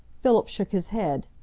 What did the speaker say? philip shook his head.